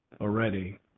already